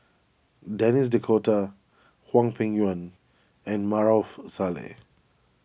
Denis D'Cotta Hwang Peng Yuan and Maarof Salleh